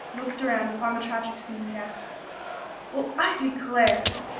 looked around upon the tragic scene and gasped well, i declare!